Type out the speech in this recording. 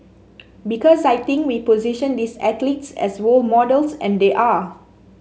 because I think we position these athletes as role models and they are